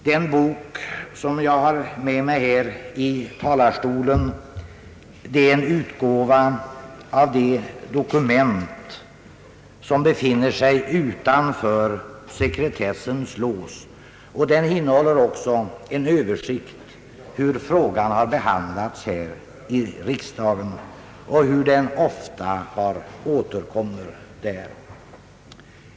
Den bok som jag har med mig här i talarstolen är en utgåva av de dokument, som befinner sig utanför sekretessens lås. Den innehåller också en översikt över hur frågan har behandlats här i riksdagen och hur ofta den har återkommit där.